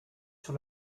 sur